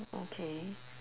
okay